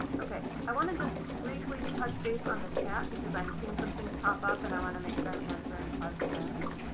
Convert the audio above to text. okay, i want to just briefly touch base on the chat because i'm seeing some things pop up and i want to make sure i'm answering questions.